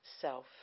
self